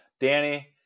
Danny